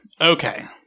Okay